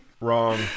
Wrong